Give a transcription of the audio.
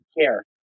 care